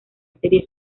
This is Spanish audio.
serie